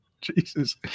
Jesus